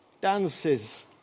dances